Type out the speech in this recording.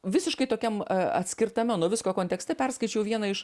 visiškai tokiam atskirtame nuo visko kontekste perskaičiau vieną iš